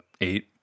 eight